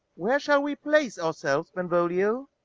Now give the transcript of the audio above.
where shall we place ourselves, benvolio?